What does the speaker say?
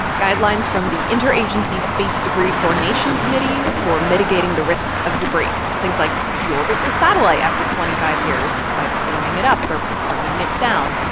guidelines from the inter-agency space debris coordination committee for mitigating the risk of debris things like deorbit your satellite after twenty five years by burning it up or bringing it down,